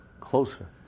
Closer